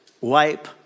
wipe